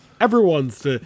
Everyone's